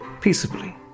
peaceably